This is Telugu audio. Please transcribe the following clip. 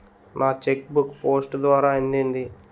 నా చెక్ బుక్ పోస్ట్ ద్వారా అందింది